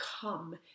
come